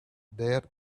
there